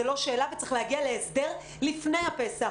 זאת לא שאלה וצריך להגיע להסדר לפני הפסח.